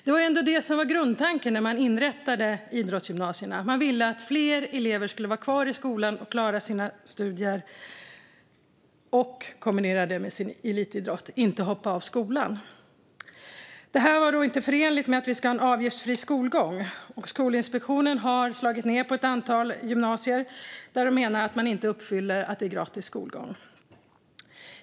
Det var ändå grundtanken när man inrättade idrottsgymnasierna. Man ville att fler elever skulle vara kvar i skolan och klara sina studier, kombinera det med elitidrott och inte hoppa av skolan. Detta var inte förenligt med att vi ska ha en avgiftsfri skolgång. Skolinspektionen har slagit ned på ett antal gymnasier där den menar att man inte uppfyller kravet på gratis skolgång.